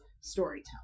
storytelling